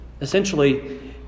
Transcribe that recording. Essentially